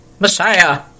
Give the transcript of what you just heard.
Messiah